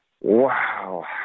Wow